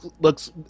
looks